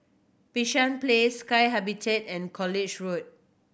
Bishan Place Sky Habitat and College Road